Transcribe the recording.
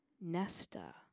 nesta